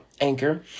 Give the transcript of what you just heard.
anchor